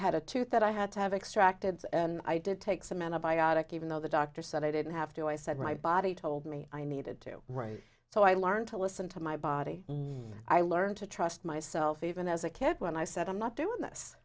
had a tooth that i had to have extracted and i did take some antibiotic even though the doctor said i didn't have to i said my body told me i needed to write so i learned to listen to my body i learned to trust myself even as a kid when i said i'm not doing this